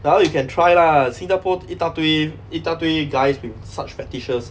well you can try lah singapore 一大堆一大堆 guys with such fetishes